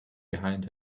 behind